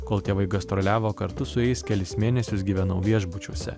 kol tėvai gastroliavo kartu su jais kelis mėnesius gyvenau viešbučiuose